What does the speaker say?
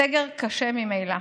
סגר קשה ממילא.